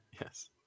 Yes